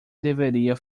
deveria